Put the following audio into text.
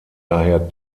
daher